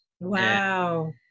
Wow